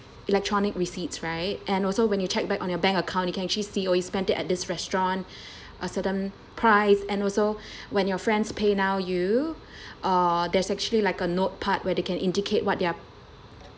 electronic receipts right and also when you check back on your bank account you can actually see oh you spend it at this restaurant a certain price and also when your friends PayNow you uh there's actually like a note part where they can indicate what they are